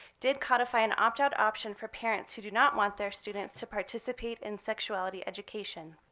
did codify an opt out option for parents who do not want their students to participate in sexuality education.